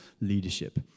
leadership